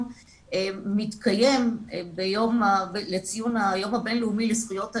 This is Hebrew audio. מתקיים ביום לציון הבינלאומי לזכויות הילד,